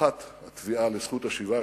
זניחת התביעה לזכות השיבה,